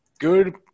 Good